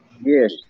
yes